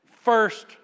first